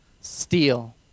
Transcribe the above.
steal